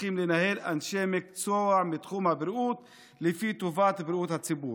צריכים לנהל אנשי מקצוע מתחום הבריאות לפי טובת בריאות הציבור.